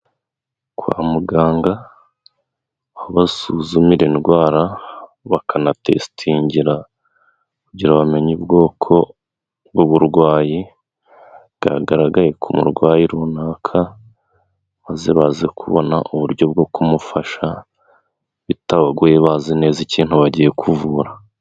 Kwa muganga basuzumira indwara, bakanatesitingira kugira ngo bamenye ubwoko bw'uburwayi, bwagaragaye ku murwayi runaka, maze baze kubona uburyo bwo kumufasha bitabagoye bazi neza ikintu bagiye kuvura.